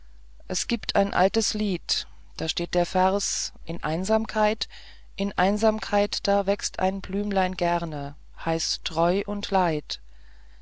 es gibt ein altes lied da steht der vers in einsamkeit in einsamkeit da wächst ein blümlein gerne heißt reu und leid